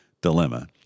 dilemma